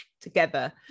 together